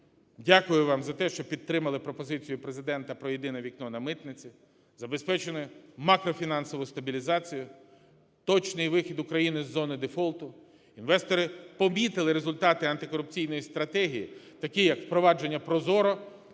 Дякую вам за те, що підтримали пропозицію Президента про "єдине вікно" на митниці, забезпечену макрофінансову стабілізацію, точний вихід України з зони дефолту. Інвестори помітили результати антикорупційної стратегії такі як впровадження ProZorro,